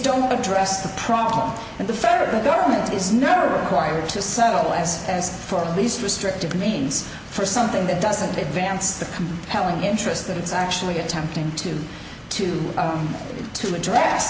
don't address the problem and the federal government is never required to settle as as for at least restrictive means for something that doesn't advance the compelling interest that it's actually attempting to to to address